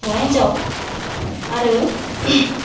हौवा हिन्जाव आरो